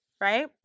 right